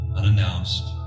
unannounced